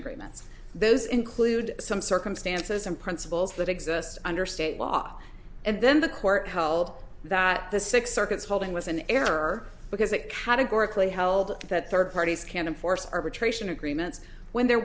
agreements those include some circumstances and principles that exist under state law and then the court held that the six circuits holding was an error because it categorically held that third parties can enforce arbitration agreements when there